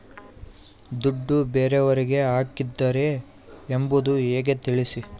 ದುಡ್ಡು ಬೇರೆಯವರಿಗೆ ಹಾಕಿದ್ದಾರೆ ಎಂಬುದು ಹೇಗೆ ತಿಳಿಸಿ?